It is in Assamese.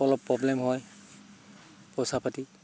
অলপ প্ৰব্লেম হয় পইচা পাতি